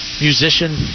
musician